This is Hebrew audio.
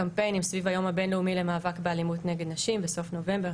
קמפיינים סביב היום הבין-לאומי למאבק באלימות נגד נשים בסוף נובמבר,